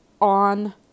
on